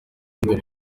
ngo